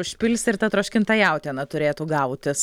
užpilsi ir ta troškinta jautiena turėtų gautis